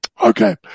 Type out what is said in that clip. Okay